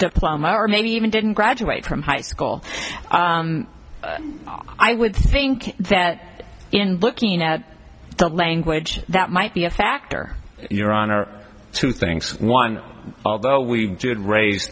diploma or maybe even didn't graduate from high school i would think that in looking at the language that might be a factor your honor two things one although we did raise